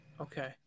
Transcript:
okay